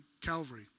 Calvary